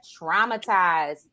traumatized